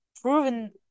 proven